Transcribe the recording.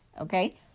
okay